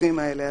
הגופים האלה.